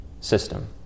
system